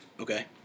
Okay